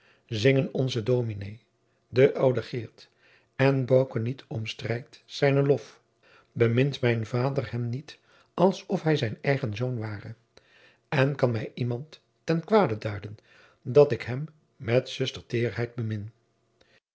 onze goede dominé de oude geert en bouke niet om strijd zijnen lof bemint mijn vader hem niet alsof hij zijn eigen zoon ware en kan mij iemand ten kwade duiden dat ik hem met zuster teerheid bemin